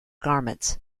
garments